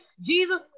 Jesus